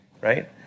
right